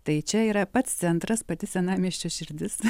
tai čia yra pats centras pati senamiesčio širdis